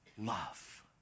love